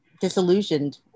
disillusioned